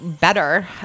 better